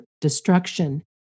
destruction